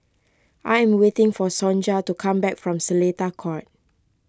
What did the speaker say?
I am waiting for Sonja to come back from Seletar Court